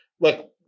look